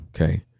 Okay